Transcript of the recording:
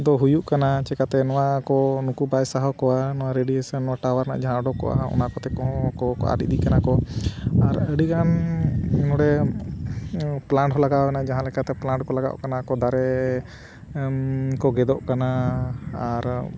ᱫᱚ ᱦᱩᱭᱩᱜ ᱠᱟᱱᱟ ᱪᱤᱠᱟᱹᱛᱮ ᱱᱚᱣᱟ ᱠᱚ ᱱᱩᱠᱩ ᱵᱟᱭ ᱥᱟᱦᱟᱣ ᱠᱚᱣᱟ ᱱᱚᱣᱟ ᱨᱮᱰᱤᱭᱮᱥᱚᱱ ᱱᱚᱣᱟ ᱴᱟᱣᱟᱨ ᱨᱮᱱᱟᱜ ᱡᱟᱦᱟᱸ ᱚᱰᱚᱠᱚᱜᱼᱟ ᱚᱱᱟ ᱠᱚᱛᱮ ᱠᱚᱦᱚᱸ ᱠᱚ ᱟᱫ ᱤᱫᱤ ᱠᱟᱱᱟ ᱠᱚ ᱟᱨ ᱟᱹᱰᱤ ᱜᱟᱱ ᱱᱚᱰᱮ ᱯᱞᱟᱴ ᱦᱚᱸ ᱞᱟᱜᱟᱣ ᱮᱱᱟ ᱡᱟᱦᱟᱸ ᱞᱮᱠᱟᱛᱮ ᱯᱞᱟᱴ ᱠᱚ ᱞᱟᱜᱟᱣᱚᱜ ᱠᱟᱱᱟ ᱠᱚ ᱚᱱᱟ ᱠᱚ ᱫᱟᱨᱮ ᱠᱚ ᱜᱮᱫᱚᱜ ᱠᱟᱱᱟ ᱟᱨ